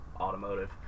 automotive